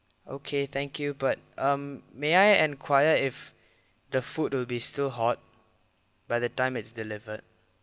okay thank you but um may I enquire if the food will be still hot by the time it's delivered